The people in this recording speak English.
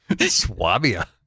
Swabia